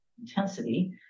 intensity